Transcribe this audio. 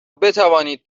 بتوانید